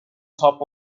top